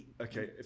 Okay